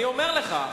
אני אומר לך,